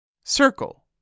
Circle